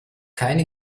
keine